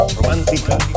romántica